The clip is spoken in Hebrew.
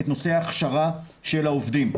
את נושא ההכשרה של העובדים.